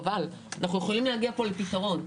חבל, אנחנו יכולים להגיע פה לפתרון.